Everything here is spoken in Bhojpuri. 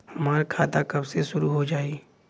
हमार खाता कब से शूरू हो जाई?